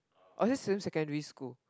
or is it same secondary school